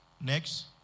Next